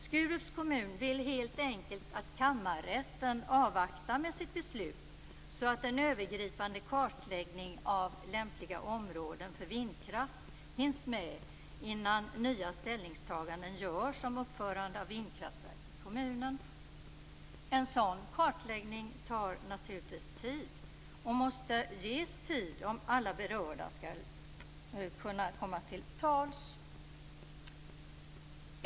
Skurups kommun vill helt enkelt att kammarrätten avvaktar med sitt beslut så att en övergripande kartläggning över lämpliga områden för vindkraft hinns med innan nya ställningstaganden görs om uppförande av vindkraftverk i kommunen. En sådan kartläggning tar naturligtvis tid och måste ges tid om alla berörda skall kunna komma till tals.